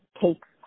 takes